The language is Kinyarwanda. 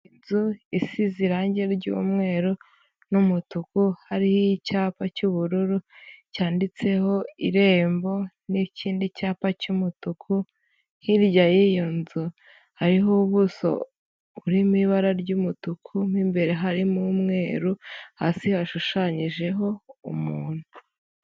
Inzu isize irangi ry'umweru n'umutuku hariho icyapa cy'ubururu, cyanditseho Irembo n'ikindi cyapa cy'umutuku, hirya y'iyo nzu hariho ubuso burimo ibara ry'umutuku, mo imbere harimo umweru, hasi hashushanyijeho umuntu.